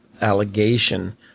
allegation